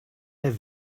der